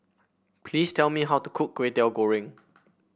please tell me how to cook Kway Teow Goreng